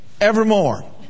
evermore